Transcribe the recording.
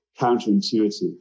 counterintuitive